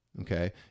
Okay